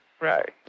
Right